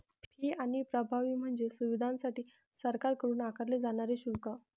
fee आणि प्रभावी म्हणजे सुविधांसाठी सरकारकडून आकारले जाणारे शुल्क